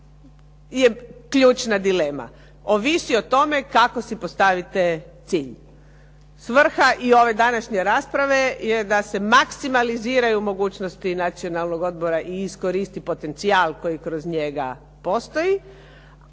je ključna dilema. Ovisi o tome kako si postavite cilj. Svrha i ove današnje rasprave je da se maksimaliziraju mogućnosti Nacionalnog odbora i iskoristi potencijal koji kroz njega postoji,